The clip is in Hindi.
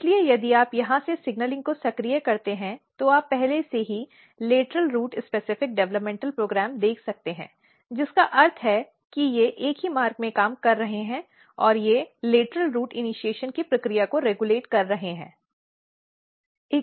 इसलिए यदि आप यहां से सिग्नलिंग को सक्रिय करते हैं तो आप पहले से ही लेटरल रूट विशिष्ट विकास कार्यक्रम देख सकते हैं जिसका अर्थ है कि वे एक ही मार्ग में काम कर रहे हैं और वे लेटरल रूट इनिशीएशन की प्रक्रिया को रेगुलेट कर रहे हैं